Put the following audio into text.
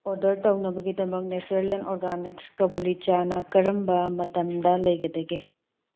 order ꯇꯧꯅꯕꯒꯤꯗꯃꯛ nature ꯂꯦꯟ organics ꯀꯕꯨꯂꯤꯆꯥꯅꯥ ꯀꯔꯝꯕ ꯃꯇꯝꯗ ꯂꯩꯒꯗꯒꯦ